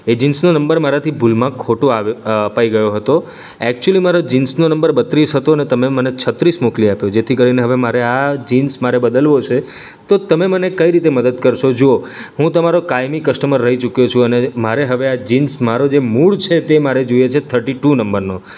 એ જીન્સનો નંબર મારાથી ભૂલમાં ખોટો આવ્યો અપાઈ ગયો હતો એક્ચુલી મારો જીન્સનો નંબર બત્રીસ હતો અને તમે મને છત્રીસ મોકલી આપ્યો જેથી કરીને મારે હવે આ જીન્સ મારે બદલવો છે તો તમે મને કઈ રીતે મદદ કરશો જુઓ હું તમારો કાયમી કસ્ટમર રહી ચૂક્યો છું અને મારે હવે આ જીન્સ મારો જે મૂળ છે તે મારે જોઈએ છે થર્ટી ટુ નંબરનો